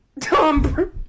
Tom